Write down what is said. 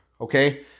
okay